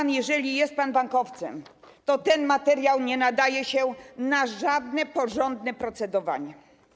I jeżeli jest pan bankowcem, to ten materiał nie nadaje się na żadne porządne procedowanie.